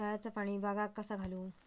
तळ्याचा पाणी बागाक कसा घालू?